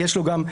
יש לו אוטומטית,